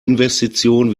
investition